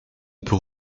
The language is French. peut